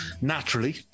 naturally